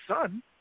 son